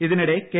ഇതിനിടെ കെ